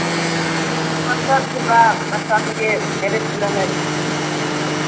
बच्चा सभके डरेस सिलेनाइ छै